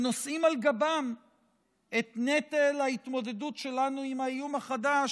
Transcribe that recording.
שנושאים על גבם את נטל ההתמודדות שלנו עם האיום החדש,